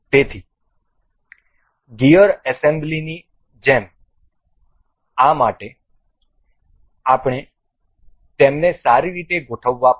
તેથી ગિયર એસેમ્બલીની જેમ આ માટે આપણે તેમને સારી રીતે ગોઠવવા પડશે